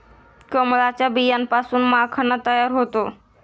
कमळाच्या बियांपासून माखणा तयार होतो